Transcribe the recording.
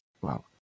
Wow